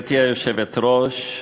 גברתי היושבת-ראש,